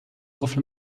قفل